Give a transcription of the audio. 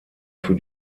für